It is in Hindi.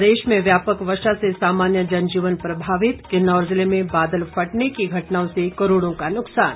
प्रदेश में व्यापक वर्षा से सामान्य जनजीवन प्रभावित किन्नौर जिले में बादल फटने की घटनाओं से करोड़ों का नुक्सान